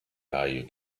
value